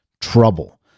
trouble